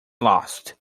lost